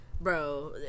bro